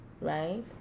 right